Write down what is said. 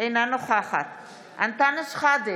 אינה נוכחת אנטאנס שחאדה,